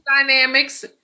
dynamics